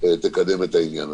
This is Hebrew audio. תקדם את העניין הזה.